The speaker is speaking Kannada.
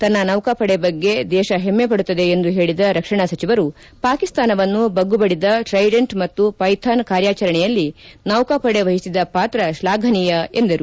ತನ್ನ ನೌಕಾಪಡೆ ಬಗ್ಗೆ ದೇಶ ಹೆಮ್ಮೆಪಡುತ್ತದೆ ಎಂದು ಹೇಳಿದ ರಕ್ಷಣಾ ಸಚಿವರು ಪಾಕಿಸ್ತಾನವನ್ನು ಬಗ್ಗುಬಡಿದ ಟ್ರೈಡೆಂಟ್ ಮತ್ತು ಪೈಥಾನ್ ಕಾರ್ಯಾಚರಣೆಯಲ್ಲಿ ನೌಕಾಪಡೆ ವಹಿಸಿದ ಪಾತ್ರ ಶ್ಲಾಘನೀಯ ಎಂದರು